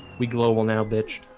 we global now bitch